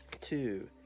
two